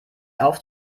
auf